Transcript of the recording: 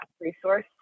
resource